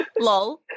lol